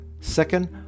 Second